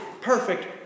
perfect